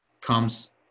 comes